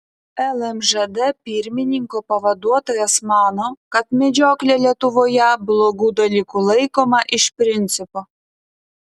lmžd pirmininko pavaduotojas mano kad medžioklė lietuvoje blogu dalyku laikoma iš principo